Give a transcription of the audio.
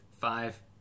five